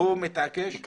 הוא מתעקש --- איפה הוא?